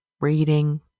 reading